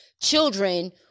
children